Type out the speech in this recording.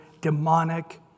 demonic